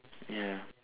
ya